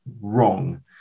wrong